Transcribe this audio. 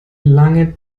lange